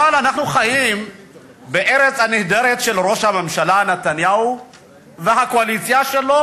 אבל אנחנו חיים בארץ הנהדרת של ראש הממשלה נתניהו והקואליציה שלו